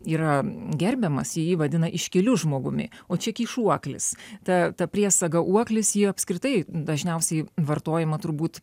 yra gerbiamas jį vadina iškiliu žmogumi o čia kišuoklis ta ta priesaga uoklis ji apskritai dažniausiai vartojama turbūt